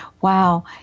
Wow